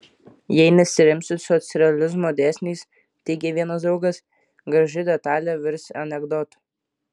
jei nesiremsi socrealizmo dėsniais teigė vienas draugas graži detalė virs anekdotu